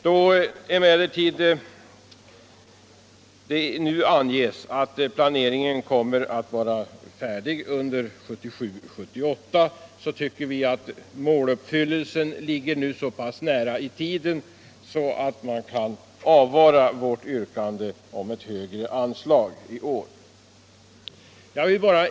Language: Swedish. Då det nu anges att planen kommer att vara färdig under budgetåret 1977/78, tycker vi att måluppfyllelsen ligger så pass nära i tiden att man kan avvara vårt yrkande om högre anslag i år.